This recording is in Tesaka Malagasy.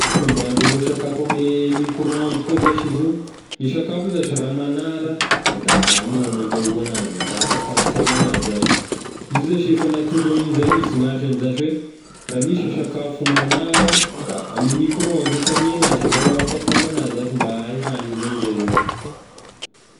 Ny fomba handrahoa sakafo ame micro-ondes koa zashy izy io, e sakafo io zashy raha magnara da amignao gn'andrahoa anazy mba ampafagnafana anazy zashy, io zashy efa natokany izay mihisy ny asagny zashy hoe raha misy sakafo magnara da ame micro-ondes fania anazy mba ho ampafagna anazy zashy mba hay hagny izy amizay zashy.